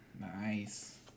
Nice